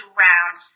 round